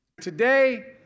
Today